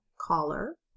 collar